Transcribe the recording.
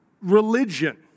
religion